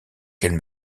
quelle